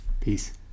Peace